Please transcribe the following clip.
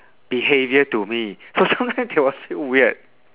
behavior to me so sometime they will feel weird